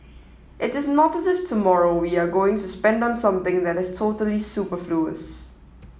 it is not as if tomorrow we are going to spend on something that is totally superfluous